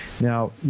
Now